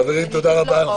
חברים, תודה רבה.